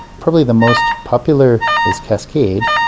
probably the most popular is cascade.